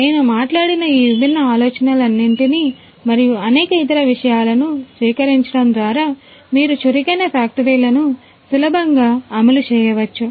నేను మాట్లాడిన ఈ విభిన్న ఆలోచనలన్నింటినీ మరియు అనేక ఇతర విషయాలను స్వీకరించడం ద్వారా మీరు చురుకైన ఫ్యాక్టరీలను సులభంగా అమలు చేయవచ్చు